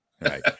Right